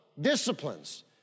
disciplines